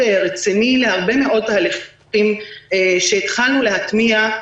רציני להרבה מאוד תהליכים שהתחלנו להטמיע,